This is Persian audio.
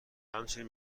همچنین